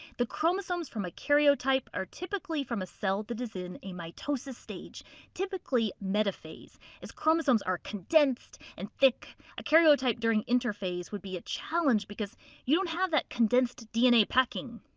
the chromosomes from a karyotype are typically from a cell that is in a mitosis stage typically metaphase as chromosomes are condensed and thick a karyotype during interphase would be a challenge because you don't have that condensed dna packing.